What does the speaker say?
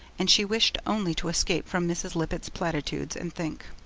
and she wished only to escape from mrs. lippett's platitudes and think.